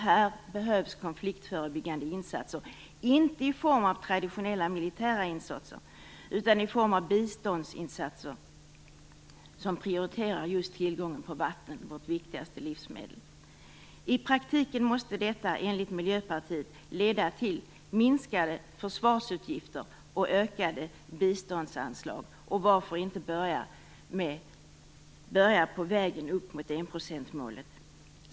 Här behövs konfliktförebyggande insatser - inte i form av traditionella militära insatser utan i form av biståndsinsatser som prioriterar just tillgången på vatten, som är vårt viktigaste livsmedel. I praktiken måste detta enligt Miljöpartiet leda till minskade försvarsutgifter och ökade biståndsanslag. Varför inte börja på vägen upp mot enprocentsmålet?